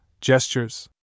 Gestures